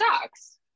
sucks